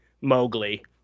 Mowgli